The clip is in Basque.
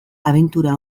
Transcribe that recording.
abentura